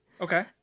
Okay